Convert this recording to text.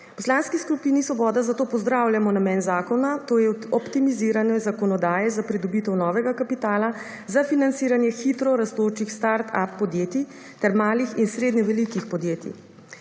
Poslanski skupini Svoboda, zato pozdravljamo namen zakona to je optimiziranju zakonodaje za pridobitev novega kapitala za financiranje hitro rastočih start up podjetij ter malih in srednje velikih podjetjih.